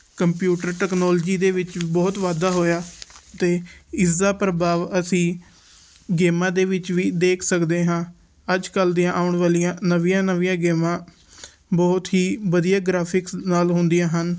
computer technology ਦੇ ਵਿੱਚ ਬਹੁਤ ਵਾਧਾ ਹੋਇਆ ਅਤੇ ਇਸਦਾ ਪ੍ਰਭਾਵ ਅਸੀਂ ਗੇਮਾਂ ਦੇ ਵਿੱਚ ਵੀ ਦੇਖ ਸਕਦੇ ਹਾਂ ਅੱਜ ਕੱਲ੍ਹ ਦੀਆਂ ਆਉਣ ਵਾਲੀਆਂ ਨਵੀਆਂ ਨਵੀਆਂ ਗੇਮਾਂ ਬਹੁਤ ਹੀ ਵਧੀਆ ਗ੍ਰਾਫਿਕਸ ਨਾਲ ਹੁੰਦੀਆਂ ਹਨ